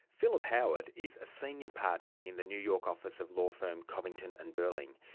philip howard is a senior partner in the new york office of law firm covington and burling.